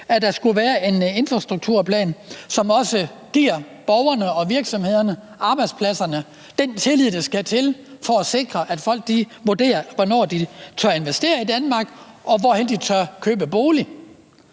at der skulle være en infrastrukturplan, som også giver borgerne og virksomhederne, arbejdspladserne, den tillid, der skal til, for at de kan vurdere, hvornår de tør investere i Danmark, og hvor de tør købe bolig.